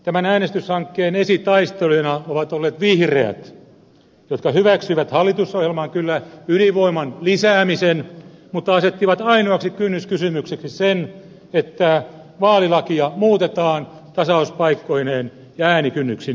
tämän äänestyshankkeen esitaistelijoina ovat olleet vihreät jotka hyväksyivät hallitusohjelmaan kyllä ydinvoiman lisäämisen mutta asettivat ainoaksi kynnyskysymykseksi sen että vaalilakia muutetaan tasauspaikkoineen ja äänikynnyksineen